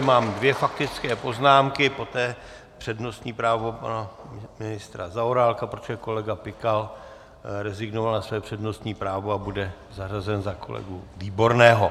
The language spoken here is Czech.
Mám tady dvě faktické poznámky, poté přednostní právo pana ministra Zaorálka, protože kolega Pikal rezignoval na svoje přednostní právo a bude zařazen za kolegu Výborného.